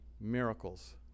Miracles